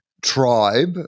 tribe